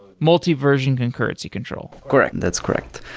multi-version concurrency control correct. and that's correct.